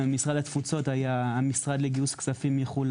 משרד התפוצות היה המשרד לגיוס כספים מחו"ל